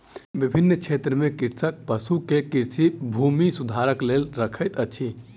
विभिन्न क्षेत्र में कृषक पशु के कृषि भूमि सुरक्षाक लेल रखैत अछि